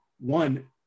one